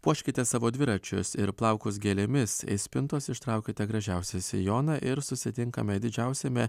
puoškite savo dviračius ir plaukus gėlėmis iš spintos ištraukite gražiausią sijoną ir susitinkame didžiausiame